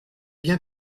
bien